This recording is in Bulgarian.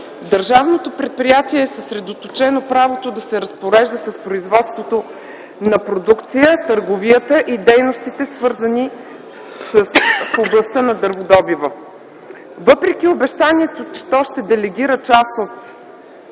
държавното предприятие е съсредоточено правото да се разпорежда с производството на продукция, търговията и дейностите в областта на дърводобива. Въпреки обещанието, че то ще делегира част от